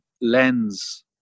lens